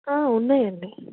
ఉన్నాయండి